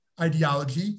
ideology